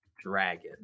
dragon